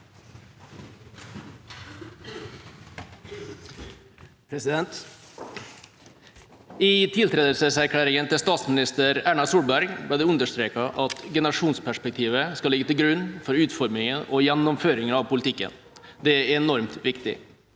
I tiltredelseserklæringen til statsminister Erna Solberg ble det understreket at generasjonsperspektivet skal ligge til grunn for utformingen og gjennomføringen av politikken. Det er enormt viktig.